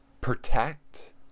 Protect